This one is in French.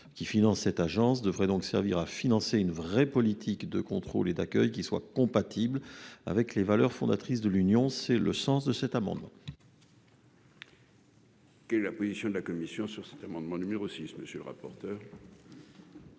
Qui finance cette agence devraient donc servir à financer une vraie politique de contrôle et d'accueil qui soit compatible avec les valeurs fondatrices de l'Union, c'est le sens de cet amendement. La position de la Commission sur cet amendement numéro 6 monsieur le rapporteur.